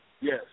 Yes